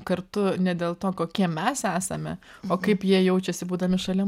kartu ne dėl to kokie mes esame o kaip jie jaučiasi būdami šalia